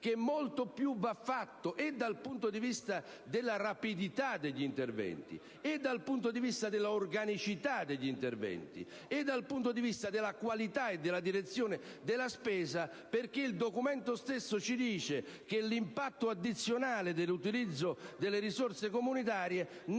che molto più va fatto, sia dal punto di vista della rapidità degli interventi e dell'organicità degli stessi, sia dal punto di vista della qualità e della direzione della spesa. Infatti, il Documento stesso mostra che l'impatto addizionale dell'utilizzo delle risorse comunitarie